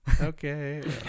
okay